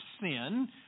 sin